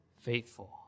faithful